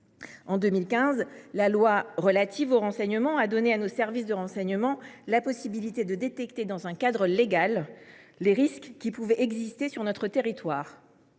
La loi du 24 juillet 2015 a donné à nos services de renseignement la possibilité de détecter, dans un cadre légal, les risques qui pouvaient exister sur notre territoire.